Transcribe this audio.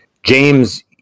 James